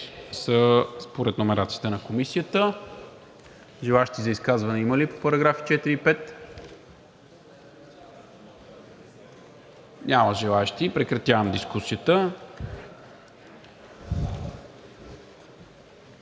5 според номерацията на Комисията. Желаещи за изказване има ли по параграфи 4 и 5? Няма. Прекратявам дискусията.